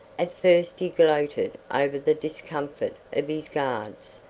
at first he gloated over the discomfort of his guards,